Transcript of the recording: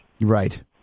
right